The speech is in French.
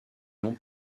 non